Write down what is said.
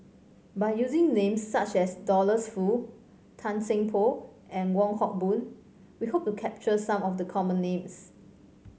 by using names such as Douglas Foo Tan Seng Poh and Wong Hock Boon we hope to capture some of the common names